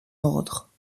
ordre